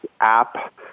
app